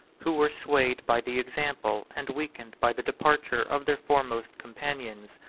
who were swayed by the example, and weakened by the departure, of their foremost companions.